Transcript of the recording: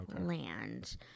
land